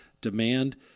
Demand